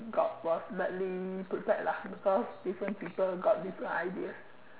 got one met sleep put that lah in course before I let